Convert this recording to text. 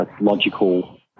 logical